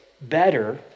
better